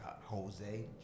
Jose